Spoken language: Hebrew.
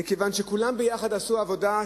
ומכיוון שכולם יחד עשו עבודה,